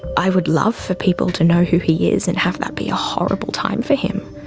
i would love for people to know who he is and have that be a horrible time for him.